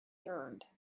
earned